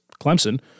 Clemson